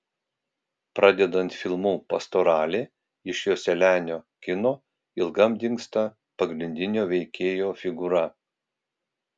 pradedant filmu pastoralė iš joselianio kino ilgam dingsta pagrindinio veikėjo figūra